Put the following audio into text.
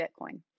Bitcoin